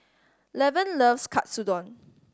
Lavon loves Katsudon